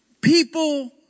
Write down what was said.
people